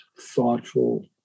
thoughtful